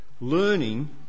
learning